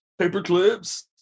Paperclips